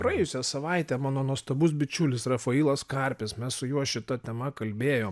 praėjusią savaitę mano nuostabus bičiulis rafailas karpis mes su juo šita tema kalbėjom